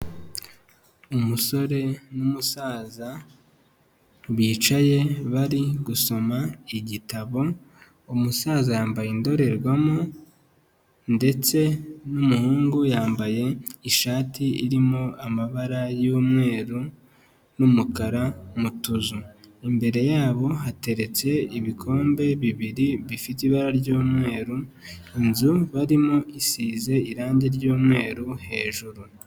Umusore n'umusaza bicaye bari gusoma igitabo, umusaza yambaye indorerwamo ndetse n'umuhungu yambaye ishati irimo amabara y'umweru n'umukara mu tuzu, imbere yabo hateretse ibikombe bibiri bifite ibara ry'umweru, inzu barimo isize irangi ry'umweru hejuru.